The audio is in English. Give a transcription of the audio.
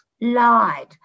lied